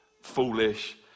foolish